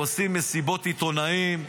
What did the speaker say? עושים מסיבות עיתונאים,